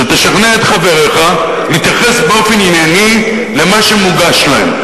שתשכנע את חבריך להתייחס באופן ענייני למה שמוגש להם.